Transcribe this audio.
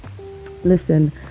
listen